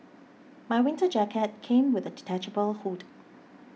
my winter jacket came with a detachable hood